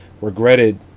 regretted